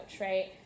right